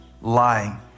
lying